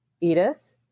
Edith